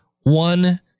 one